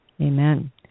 amen